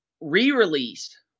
re-released